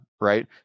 right